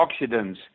oxidants